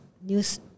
news